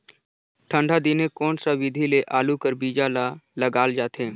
ठंडा दिने कोन सा विधि ले आलू कर बीजा ल लगाल जाथे?